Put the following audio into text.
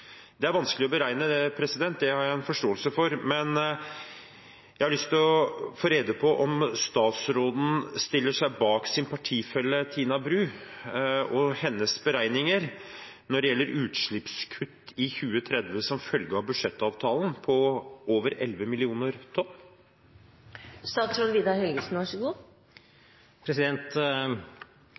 Det er vanskelig å beregne, det har jeg forståelse for, men jeg har lyst til å få rede på om statsråden stiller seg bak sin partifelle Tina Bru og hennes beregninger når det gjelder utslippskutt i 2030 som følge av budsjettavtalen på over 11 millioner tonn?